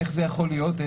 איך זה יכול להיות?